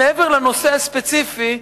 מעבר לנושא הספציפי,